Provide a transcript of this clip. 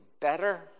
better